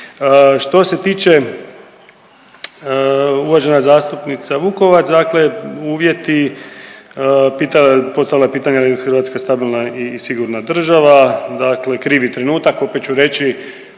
Što se tiče uvažena zastupnica Vukovac, dakle uvjeti postavila je pitanje je li Hrvatska stabilna i sigurna država, dakle krivi trenutak opet ću reći